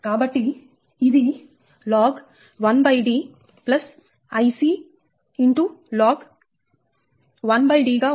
కాబట్టి ఇది log 1D Ic log 1D గా ఉంటుంది